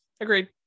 agreed